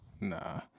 Nah